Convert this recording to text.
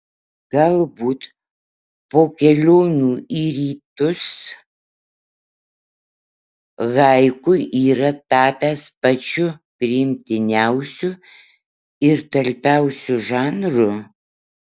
galbūt po kelionių į rytus haiku yra tapęs pačiu priimtiniausiu ir talpiausiu žanru